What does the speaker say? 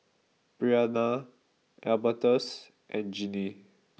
Breana Albertus and Ginny